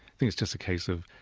think it's just a case of